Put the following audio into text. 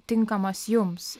tinkamas jums